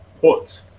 put